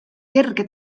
kerge